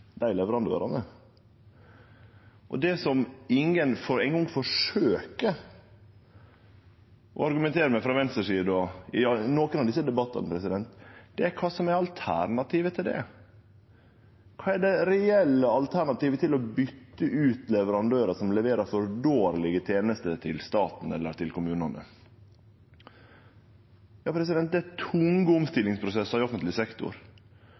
dei leverandørane. Det ingen eingong forsøkjer å argumentere med frå venstresida i nokon av desse debattane, er kva som er alternativet til det. Kva er det reelle alternativet til å byte ut leverandørar som leverer for dårlege tenester til staten eller kommunane? Det er tunge omstillingsprosessar i offentleg sektor,